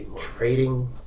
Trading